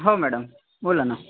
हो मॅडम बोला ना